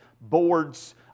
boards